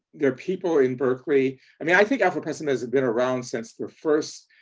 there are people in berkeley i mean i think afropessimism been around since the first